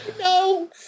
No